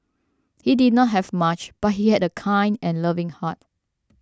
he did not have much but he had a kind and loving heart